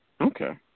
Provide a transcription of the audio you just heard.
Okay